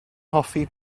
hoffi